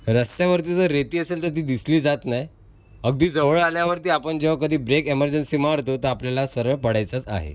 रस्त्यावरती जर रेती असेल तर ती दिसली जात नाही अगदी जवळ आल्यावरती आपण जेव्हा कधी ब्रेक एमर्जन्सि मारतो तर आपल्याला सरळ पडायचंच आहे